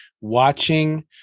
watching